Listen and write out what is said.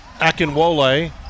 Akinwole